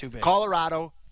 Colorado